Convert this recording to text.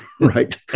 Right